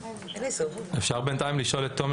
תשאל את תומר